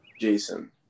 Jason